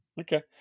Okay